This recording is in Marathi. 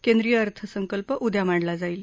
केंद्रीय अर्थसंकल्प उद्या मांडला जाईल